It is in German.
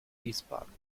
wiesbaden